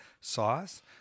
sauce